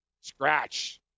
Scratch